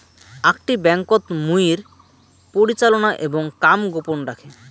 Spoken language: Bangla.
আকটি ব্যাংকোত মুইর পরিচালনা এবং কাম গোপন রাখে